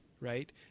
right